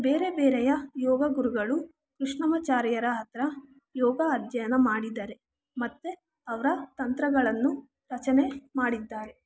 ಬೇರೆ ಬೇರೆಯ ಯೋಗ ಗುರುಗಳು ಕೃಷ್ಣಮಾಚಾರ್ಯರ ಹತ್ತಿರ ಯೋಗ ಅಧ್ಯಯನ ಮಾಡಿದ್ದಾರೆ ಮತ್ತೆ ಅವರ ತಂತ್ರಗಳನ್ನು ರಚನೆ ಮಾಡಿದ್ದಾರೆ